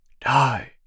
Die